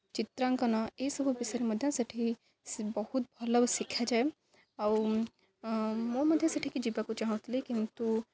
ଚିତ୍ରାଙ୍କନ ଏହିସବୁ ବିଷୟରେ ମଧ୍ୟ ସେଇଠି ବହୁତ ଭଲ ଶିଖାଯାଏ ଆଉ ମୁଁ ମଧ୍ୟ ସେଇଠିକୁ ଯିବାକୁ ଚାହୁଁଥିଲି କିନ୍ତୁ